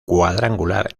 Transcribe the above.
cuadrangular